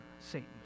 Satan